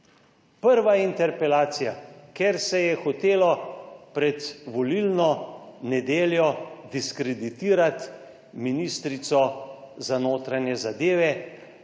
prva interpelacija, ker se je hotelo pred volilno nedeljo diskreditirati ministrico za notranje zadeve